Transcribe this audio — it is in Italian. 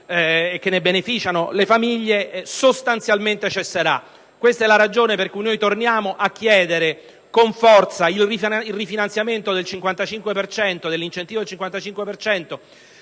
che ne beneficiano, le famiglie, sostanzialmente cesserà. Questa è la ragione per cui torniamo a chiedere con forza il rifinanziamento dell'incentivo del 55